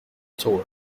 tour